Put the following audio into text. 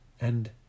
And